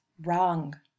wrong